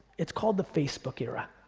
it's called the facebook era.